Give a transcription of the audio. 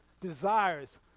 desires